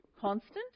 constant